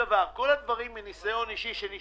כל הדברים שנשארים